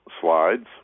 slides